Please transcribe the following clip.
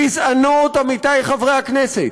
גזענות, עמיתי חברי הכנסת,